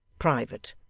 private.